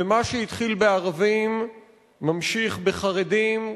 ומה שהתחיל בערבים ממשיך בחרדים,